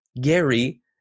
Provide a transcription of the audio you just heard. Gary